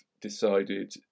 decided